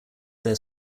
their